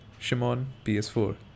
ShimonPS4